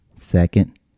Second